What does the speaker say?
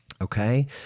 okay